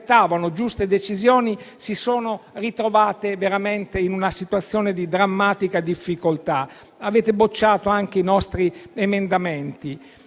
giuste decisioni si sono ritrovate veramente in una situazione di drammatica difficoltà. Avete bocciato anche i nostri emendamenti